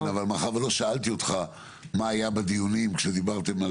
מאחר שלא שאלתי אותך מה היה בדיונים כשדיברתם על